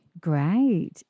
Great